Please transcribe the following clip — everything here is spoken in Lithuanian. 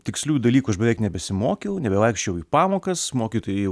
tiksliųjų dalykų aš beveik nebesimokiau nebevaikščiojau į pamokas mokytojai jau